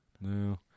No